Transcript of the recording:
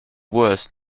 worst